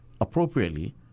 appropriately